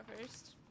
first